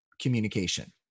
communication